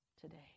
today